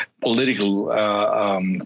political